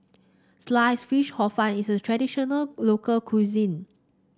Sliced Fish Hor Fun is a traditional local cuisine